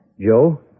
Joe